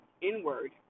inward